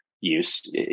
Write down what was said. use